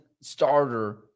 starter